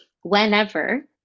whenever